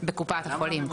בקופת החולים.